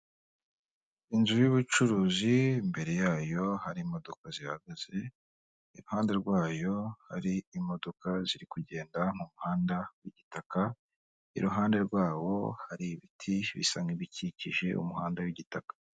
Inzu y'ubucuruzi, imbere yayo hari imodoka zihagaze, iruhande rwayo, hari imodoka ziri kugenda mu muhanda w'igitaka, iruhande rwawo hari ibiti bisa nk'ibikikije umuhanda w'igitaka.